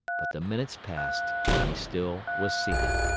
but the minutes passed and he still was seated.